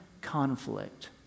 conflict